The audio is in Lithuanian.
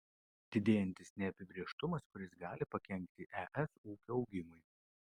didėjantis neapibrėžtumas kuris gali pakenkti es ūkio augimui